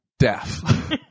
deaf